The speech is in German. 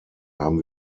haben